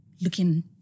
looking